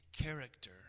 character